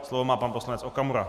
Slovo má pan poslanec Okamura.